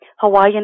Hawaiian